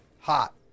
hot